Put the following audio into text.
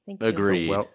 Agreed